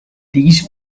these